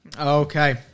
Okay